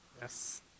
Yes